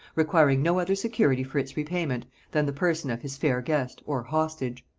requiring no other security for its repayment than the person of his fair guest, or hostage.